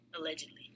Allegedly